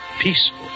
peaceful